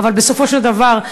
אבל בסופו של דבר,